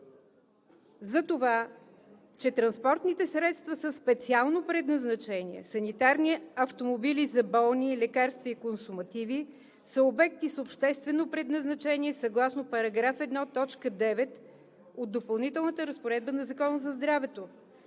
за това че транспортните средства със специално предназначение – санитарни автомобили за болни, лекарства и консумативи, са обекти с обществено предназначение съгласно § 1, т. 9 от Допълнителната разпоредба на Закона за здравето